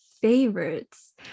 favorites